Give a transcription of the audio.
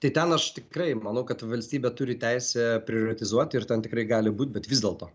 tai ten aš tikrai manau kad valstybė turi teisę prioritizuoti ir ten tikrai gali būti bet vis dėlto